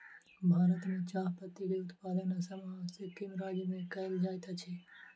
भारत में चाह पत्ती के उत्पादन असम आ सिक्किम राज्य में कयल जाइत अछि